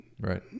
Right